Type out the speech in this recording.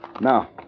Now